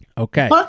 Okay